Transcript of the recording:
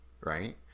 right